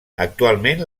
actualment